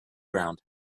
ground